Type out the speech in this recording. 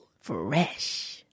Fresh